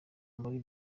muri